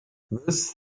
thus